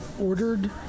ordered